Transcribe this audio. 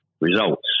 results